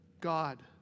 God